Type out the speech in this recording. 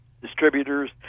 distributors